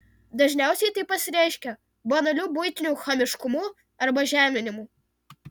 dažniausiai tai pasireiškia banaliu buitiniu chamiškumu arba žeminimu